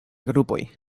grupoj